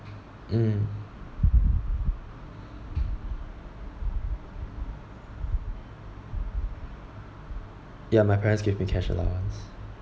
mm ya my parents give me cash allowance